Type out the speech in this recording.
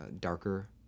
darker